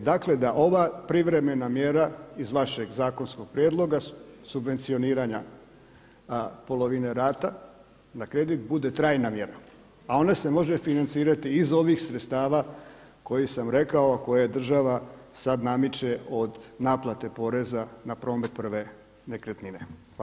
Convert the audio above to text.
Dakle, da ova privremena mjera iz vašeg zakonskog prijedloga subvencioniranja polovine rata da kredit bude trajna mjera, a ona se može financirati iz ovih sredstava kojih sam rekao, a koje država sad namiče od naplate poreza na promet prve nekretnine.